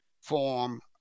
form